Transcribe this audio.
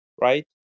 right